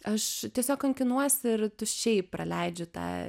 aš tiesiog kankinuosi ir tuščiai praleidžiu tą